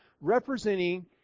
representing